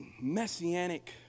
messianic